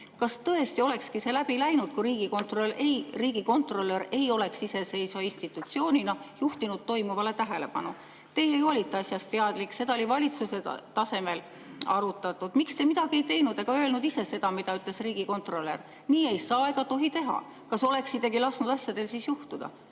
kas tõesti olekski see läbi läinud, kui riigikontrolör ei oleks iseseisva institutsioonina juhtinud toimuvale tähelepanu? Teie ju olite asjast teadlik, seda oli valitsuse tasemel arutatud. Miks te midagi ei teinud ega öelnud ise seda, mida ütles riigikontrolör? Nii ei saa ega tohi teha. Kas oleksitegi lasknud asjadel juhtuda?